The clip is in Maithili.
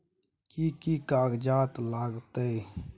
कि कि कागजात लागतै?